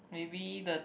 maybe the